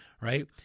right